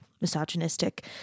misogynistic